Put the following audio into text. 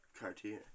Cartier